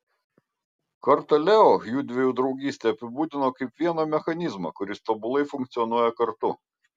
kartą leo jųdviejų draugystę apibūdino kaip vieną mechanizmą kuris tobulai funkcionuoja kartu